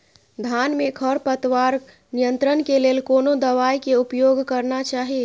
धान में खरपतवार नियंत्रण के लेल कोनो दवाई के उपयोग करना चाही?